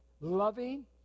loving